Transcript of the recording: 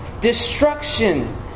Destruction